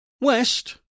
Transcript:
West